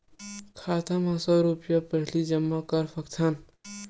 खाता मा सौ रुपिया पहिली जमा कर सकथन?